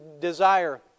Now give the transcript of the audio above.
desire